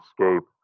escape